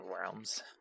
realms